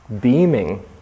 beaming